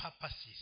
purposes